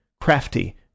crafty